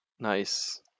Nice